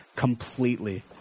completely